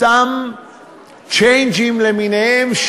אותם צ'יינג'ים למיניהם,